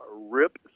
Rip